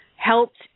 helped